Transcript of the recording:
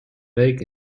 week